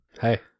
Hey